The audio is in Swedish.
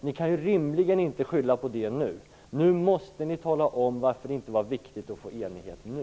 Ni kan rimligen inte skylla på dem nu. Nu måste ni tala om varför det inte var viktigt att få enighet nu.